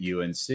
UNC